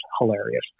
hilarious